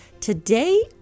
Today